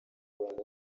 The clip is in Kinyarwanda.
rwanda